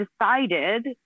decided